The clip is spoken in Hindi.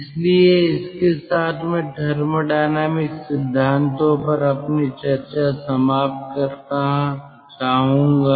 इसलिए इसके साथ मैं थर्मोडायनामिक सिद्धांतों पर अपनी चर्चा समाप्त करना चाहूंगा